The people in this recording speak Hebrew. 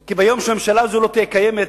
כי ביום שהממשלה הזאת לא תהיה קיימת,